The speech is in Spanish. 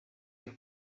que